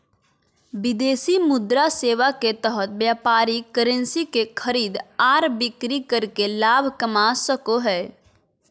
विदेशी मुद्रा सेवा के तहत व्यापारी करेंसी के खरीद आर बिक्री करके लाभ कमा सको हय